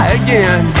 again